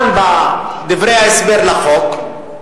גם בדברי ההסבר לחוק,